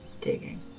digging